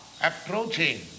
approaching